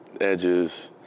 edges